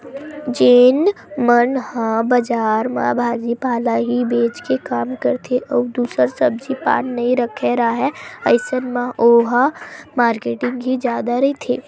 जेन मन ह बजार म भाजी पाला ही बेंच के काम करथे अउ दूसर सब्जी पान नइ रखे राहय अइसन म ओहा मारकेटिंग ही जादा रहिथे